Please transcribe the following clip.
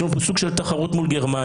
יש לנו פה סוג של תחרות מול גרמניה,